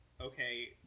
okay